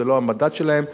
זה לא המנדט שלהם,